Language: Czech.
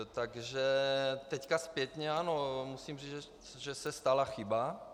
Takže teď zpětně, ano, musím říct, že se stala chyba.